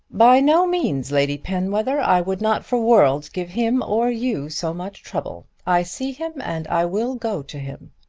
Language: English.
by no means, lady penwether. i would not for worlds give him or you so much trouble. i see him and i will go to him.